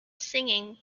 singing